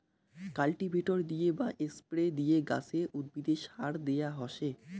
cultivator দিয়ে বা spray দিয়ে গাছে, উদ্ভিদে সার দেয়া হসে